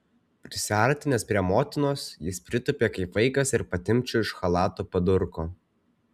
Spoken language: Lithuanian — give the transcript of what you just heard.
prisiartinęs prie motinos jis pritūpė kaip vaikas ir patimpčiojo už chalato padurko